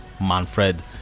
Manfred